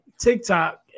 TikTok